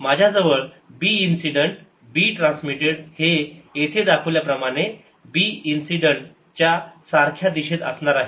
माझ्याजवळ b incident b transmitted हे येथे दाखवल्याप्रमाणे b इन्सिडेंट च्या सारख्या दिशेत असणार आहेत